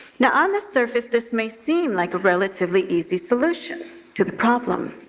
now, on the surface, this may seem like a relatively easy solution to the problem,